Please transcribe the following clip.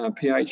pH